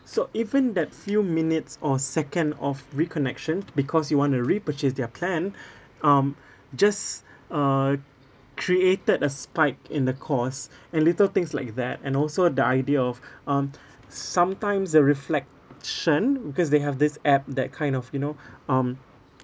so even that few minutes or second of reconnection because you want to repurchase their plan um just uh created a spike in the cost and little things like that and also the idea of um sometimes the reflection because they have this app that kind of you know um